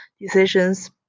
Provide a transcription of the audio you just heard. Decisions